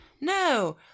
No